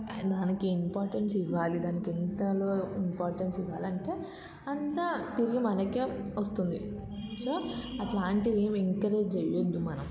అయినా దానికి ఇంపార్టెన్స్ ఇవ్వాలి దానికి ఎంతగా ఇంపార్టెన్స్ ఇవ్వాలి అంటే అంత తిరిగి మనకి వస్తుంది సో అలాంటివి ఏమీ ఎంకరేజ్ చేయద్దు మనం